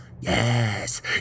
Yes